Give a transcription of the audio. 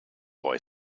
boy